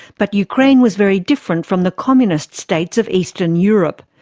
but ukraine was very different from the communist states of eastern europe.